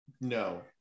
No